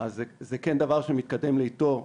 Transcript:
זה כן דבר שמתקדם לאיטו,